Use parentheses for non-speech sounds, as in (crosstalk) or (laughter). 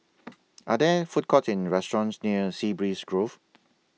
(noise) Are There Food Courts in restaurants near Sea Breeze Grove